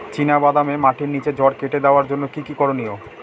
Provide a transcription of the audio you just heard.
চিনা বাদামে মাটির নিচে জড় কেটে দেওয়ার জন্য কি কী করনীয়?